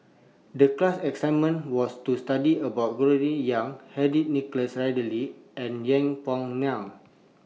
The class assignment was to study about Gregory Yong Henry Nicholas Ridley and Yeng Pway Ngon